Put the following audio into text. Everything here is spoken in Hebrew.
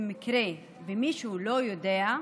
מישהו לא יודע,